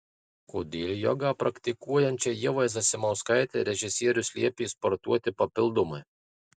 kodėl jogą praktikuojančiai ievai zasimauskaitei režisierius liepė sportuoti papildomai